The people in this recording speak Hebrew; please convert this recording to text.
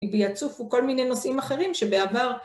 ויצופו כל מיני נושאים אחרים שבעבר